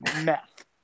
meth